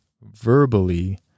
verbally